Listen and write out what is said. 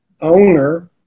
owner